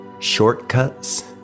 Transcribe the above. shortcuts